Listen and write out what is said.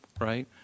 right